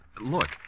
look